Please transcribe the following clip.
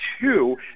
two